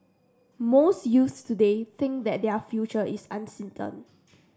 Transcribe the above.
most youths today think that their future is uncertain